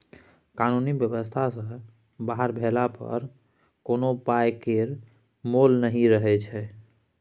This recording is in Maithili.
कानुनी बेबस्था सँ बाहर भेला पर कोनो पाइ केर मोल नहि रहय छै